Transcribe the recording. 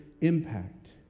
impact